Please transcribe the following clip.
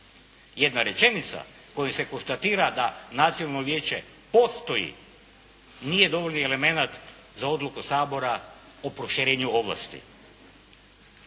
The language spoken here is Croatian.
Jedna rečenica u kojoj se konstatira da Nacionalno vijeće postoji, nije dovoljni elemenat za odluku Sabora o proširenju ovlasti.